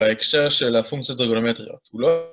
בהקשר של הפונקציות טריגונומטריות